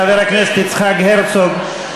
חבר הכנסת יצחק הרצוג,